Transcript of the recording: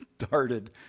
started